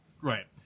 Right